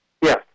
Yes